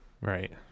Right